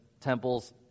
temples